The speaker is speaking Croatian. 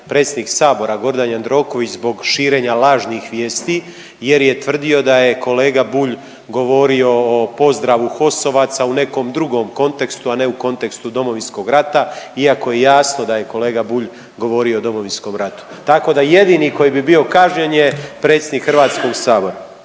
predsjednik Sabora Gordan Jandroković zbog širenja lažnih vijesti jer je tvrdio da je kolega Bulj govorio o pozdravu HOS-ovaca u nekom drugom kontekstu, a ne u kontekstu Domovinskog rata iako je jasno da je kolega Bulj govorio o Domovinskom ratu. Tako da jedini koji bi bio kažnjen je predsjednik HS-a.